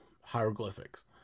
hieroglyphics